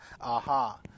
aha